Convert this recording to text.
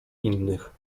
innych